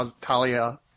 Talia